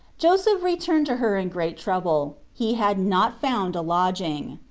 joseph returned to her in great trouble he had not found a lodging.